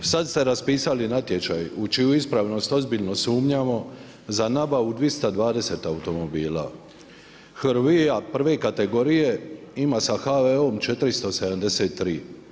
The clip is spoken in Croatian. Sad ste raspisali natječaj u čiju ispravnost ozbiljno sumnjamo za nabavo 220 automobila. … prve kategorije ima sa HVO 473.